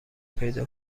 پیدا